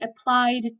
applied